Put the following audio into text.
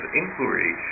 inquiry